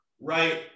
Right